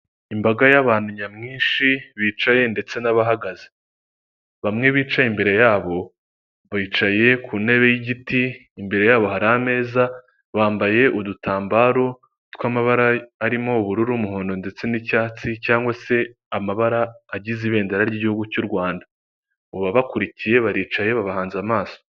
Imbaga y'abantu nyamwinshi bicaye ndetse n'abahagaze, bamwe bicaye imbere yabo bicaye ku ntebe y'igiti imbere yabo hari ameza bambaye udutambaro tw'amabara arimo ubururu umuhondo ndetse n'icyatsi cyangwa se amabara agize ibendera ry'igihugu cy'u Rwanda, mu babakurikiye baricaye bahanze amaso.